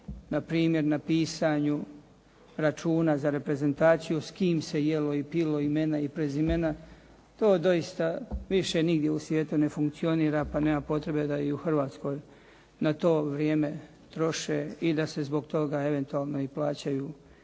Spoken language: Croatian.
na primjer na pisanju računa za reprezentaciju s kim se jelo i pilo, imena i prezimena. To doista više nigdje u svijetu ne funkcionira, pa nema potrebe da i u Hrvatskoj na to vrijeme troše i da se zbog toga eventualno i plaćaju i